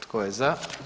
Tko je za?